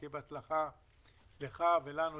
שתהיה הצלחה לך ולכולנו.